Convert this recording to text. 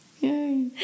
yay